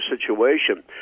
situation